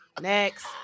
Next